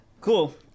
Cool